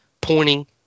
pointing